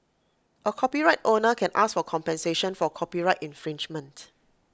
A copyright owner can ask for compensation for copyright infringement